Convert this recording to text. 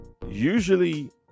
Usually